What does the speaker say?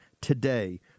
today